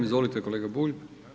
Izvolite kolega Bulj.